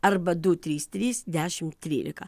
arba du trys trys dešim trylika